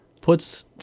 puts